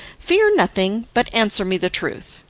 fear nothing, but answer me the truth.